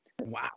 wow